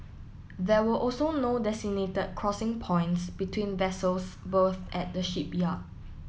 there were also no designated crossing points between vessels berthed at the shipyard